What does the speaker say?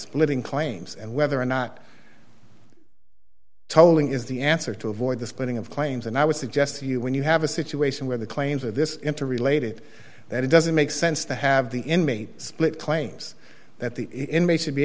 splitting claims and whether or not tolling is the answer to avoid the splitting of claims and i would suggest to you when you have a situation where the claims are this interrelated that it doesn't make sense to have the inmate split claims that the inmate should be